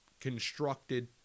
constructed